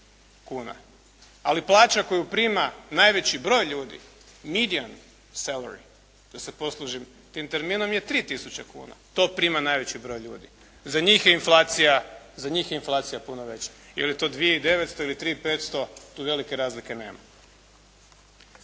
ali plaća koju prima najveći broj ljudi medium salary, da se poslužim tim terminom je 3 tisuće kuna. To prima najveći broj ljudi. Za njih je inflacija puno veća ili je to dvije i devetsto ili tri i petsto, tu velike razlike nema.